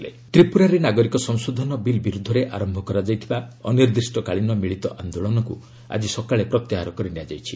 ତ୍ରିପ୍ନରା protest ତ୍ରିପୁରାରେ ନାଗରିକ ସଂଶୋଧନ ବିଲ୍ ବିରୁଦ୍ଧରେ ଆରମ୍ଭ କରାଯାଇଥିବା ଅନିର୍ଦ୍ଧିଷ୍ଟକାଳୀନ ମିଳିତ ଆନ୍ଦୋଳନକୁ ଆଜି ସକାଳେ ପ୍ରତ୍ୟାହାର କରିନିଆଯାଇଛି